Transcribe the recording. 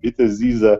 bitės zyzia